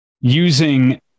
using